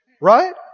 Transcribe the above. right